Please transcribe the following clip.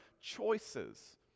choices